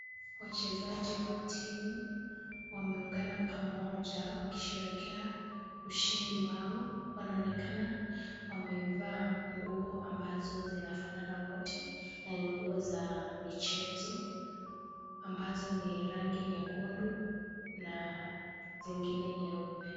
Wachezaji wa timu wameungana pamoja wakisherehekea ushindi wao. Wanaonekana wamevaa nguo ambazo zinafanana wote na ni nguo za michezo, ambazo ni rangi nyekundu na zingine nyeupe.